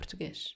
português